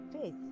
faith